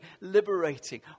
liberating